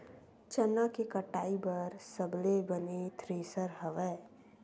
चना के कटाई बर सबले बने थ्रेसर हवय?